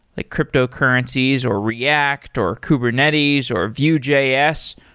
like cryptocurrencies, or react, or kubernetes, or vue js,